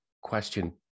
question